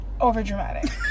overdramatic